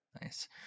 Nice